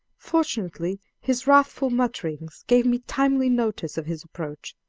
fortunately his wrathful mutterings gave me timely notice of his approach,